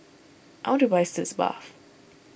I want to buy Sitz Bath